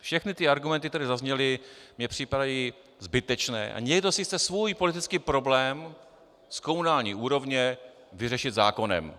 Všechny argumenty, které zazněly, mně připadají zbytečné, a někdo si chce svůj politický problém z komunální úrovně vyřešit zákonem.